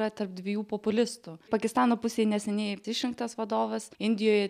bet tarp dviejų populistų pakistano pusėj neseniai išrinktas vadovas indijoje